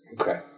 Okay